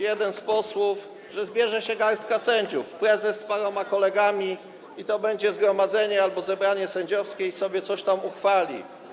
Jeden z posłów twierdzi, że zbierze się garstka sędziów, prezes z paroma kolegami i to będzie zgromadzenie albo zebranie sędziowskie, które sobie coś tam uchwali.